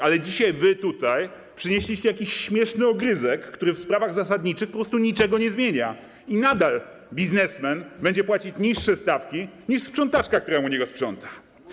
Ale dzisiaj wy przynieśliście tutaj jakiś śmieszny ogryzek, który w sprawach zasadniczych po prostu niczego nie zmienia i nadal biznesmen będzie płacić niższe stawki niż sprzątaczka, która u niego sprząta.